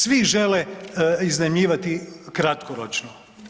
Svi žele iznajmljivati kratkoročno.